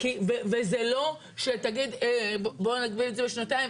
וזה לא שתגיד בואו נגביל את זה בשנתיים,